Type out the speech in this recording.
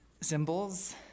symbols